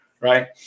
right